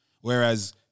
Whereas